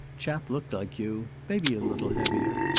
chap looked like you. maybe a little heavier.